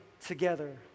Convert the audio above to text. together